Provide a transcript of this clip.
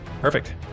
Perfect